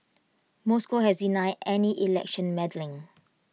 Moscow has denied any election meddling